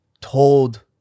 Told